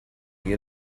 you